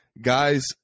guys